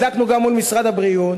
בדקנו גם מול משרד הבריאות.